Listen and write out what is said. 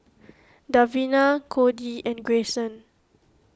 Davina Codie and Greyson